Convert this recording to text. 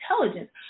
intelligence